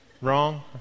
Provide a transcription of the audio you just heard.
Wrong